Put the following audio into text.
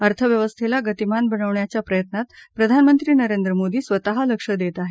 अर्थव्यवस्थेला गतिमान बनवण्याच्या प्रयत्नात प्रधानमंत्री नरेंद्र मोदी स्वतः लक्ष देत आहेत